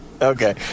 Okay